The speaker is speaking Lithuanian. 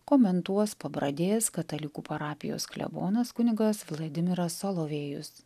komentuos pabradės katalikų parapijos klebonas kunigas vladimiras solovėjus